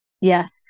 Yes